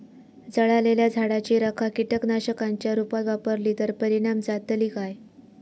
जळालेल्या झाडाची रखा कीटकनाशकांच्या रुपात वापरली तर परिणाम जातली काय?